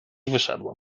wyszedłem